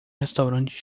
restaurante